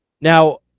Now